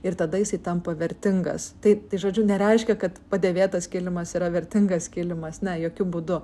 ir tada jisai tampa vertingas tai tai žodžiu nereiškia kad padėvėtas kilimas yra vertingas kilimas ne jokiu būdu